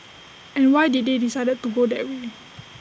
and why did they decide to go that way